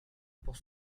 pour